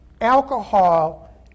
alcohol